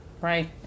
Right